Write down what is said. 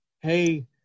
hey